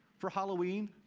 for halloween,